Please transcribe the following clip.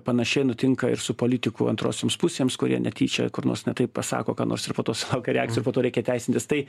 panašiai nutinka ir su politikų antrosioms pusėms kurie netyčia kur nors ne taip pasako ką nors ir po to sulaukia reakcijų ir po to reikia teisintis tai